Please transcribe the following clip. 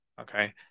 okay